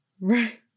right